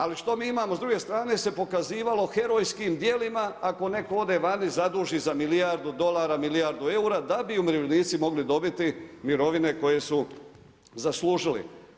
Ali što mi imamo, s druge strane se pokazivalo herojskim djelima ako netko ode vani, zaduži za milijardu dolara, milijardu eura, da bi umirovljenici mogli dobiti mirovine koje su zaslužili.